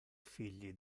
figli